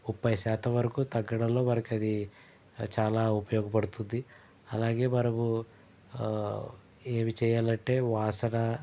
ముప్పై శాతం వరకు తగ్గడంలో వారికది చాలా ఉపయోగ పడుతుంది అలాగే మనము ఏమి చేయాలంటే వాసన